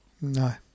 No